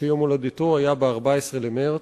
שיום הולדתו היה ב-14 במרס.